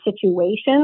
situations